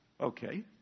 Okay